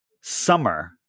summer